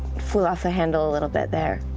flew off the handle a little bit there,